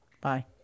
Bye